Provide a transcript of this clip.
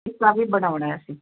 ਜੀ ਕਾਫੀ ਬਣਵਾਉਣਾ ਅਸੀਂ